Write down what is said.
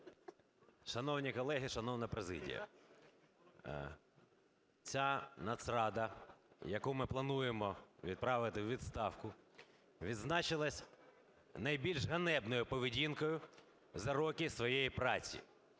Шановні колеги, шановна президія, ця Нацрада, яку ми плануємо відправити у відставку, відзначилась найбільш ганебною поведінкою за роки своєї праці: